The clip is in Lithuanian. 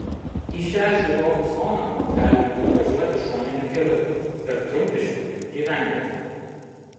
į šią žiūrovų zoną galima privažiuoti šoniniu keliu per trumpiškių gyvenvietę